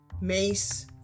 MACE